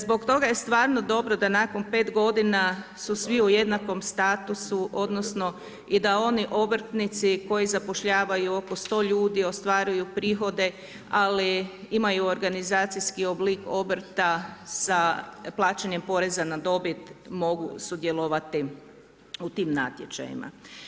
Zbog toga je stvarno dobro da nakon 5 godina su svi u jednakom statusu odnosno i da oni obrtnici koji zapošljavaju oko 100 ljudi ostvaruju prihode ali imaju organizacijski oblik obrta sa plaćanjem poreza na dobit mogu sudjelovati u tim natječajima.